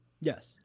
Yes